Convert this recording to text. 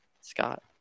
Scott